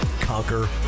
conquer